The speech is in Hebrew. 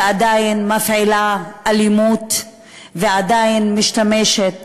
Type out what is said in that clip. שעדיין מפעילה אלימות ועדיין משתמשת